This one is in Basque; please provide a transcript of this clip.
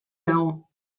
dago